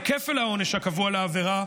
הוא כפל העונש הקבוע לעבירה,